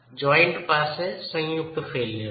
joint પાસે સંયુક્ત failure છે